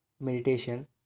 meditation